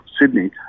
Sydney